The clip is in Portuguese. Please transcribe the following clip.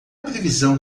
previsão